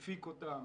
מפיק אותם,